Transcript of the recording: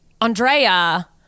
Andrea